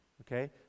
Okay